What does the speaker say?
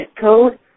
Code